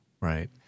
right